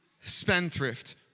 spendthrift